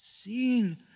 Seeing